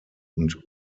und